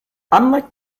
unlike